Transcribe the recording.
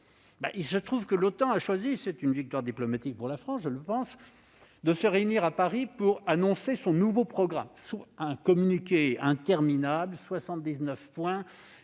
Il se trouve que l'OTAN a choisi- j'y vois une victoire diplomatique pour la France -de se réunir à Paris pour annoncer son nouveau programme. Dans un communiqué interminable, tout